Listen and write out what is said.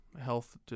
health